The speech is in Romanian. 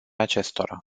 acestora